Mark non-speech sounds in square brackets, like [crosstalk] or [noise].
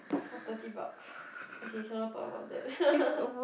for thirty bucks okay cannot talk about that [laughs]